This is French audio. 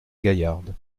gaillarde